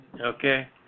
Okay